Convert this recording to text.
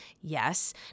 Yes